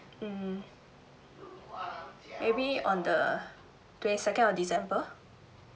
mm maybe on the twenty second of december